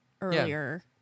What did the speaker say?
earlier